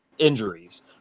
Injuries